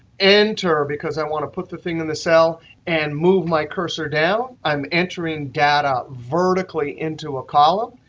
enter because i want to put the thing in the cell and move my cursor down. i'm entering data vertically into a column.